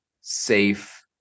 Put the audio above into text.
safe